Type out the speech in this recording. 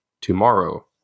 tomorrow